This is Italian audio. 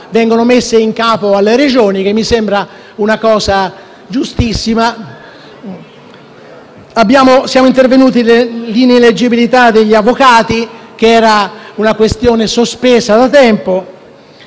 vengono messe in capo alle Regioni: mi sembra una previsione giustissima. Siamo intervenuti sull'ineleggibilità degli avvocati, che era una questione sospesa da tempo.